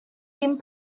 dim